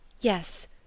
Yes